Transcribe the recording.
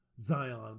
Zion